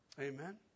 Amen